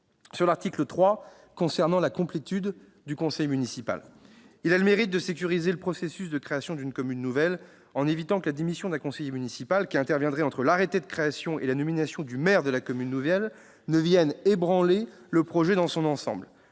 de l'article 3, qui concerne la complétude du conseil municipal, a le mérite de sécuriser le processus de création d'une commune nouvelle, en évitant que la démission d'un conseiller municipal qui interviendrait entre l'arrêté de création et la nomination du maire de la commune nouvelle ne vienne ébranler le projet dans son ensemble.